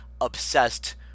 obsessed